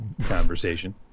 Conversation